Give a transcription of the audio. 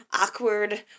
awkward